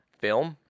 film